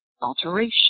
alteration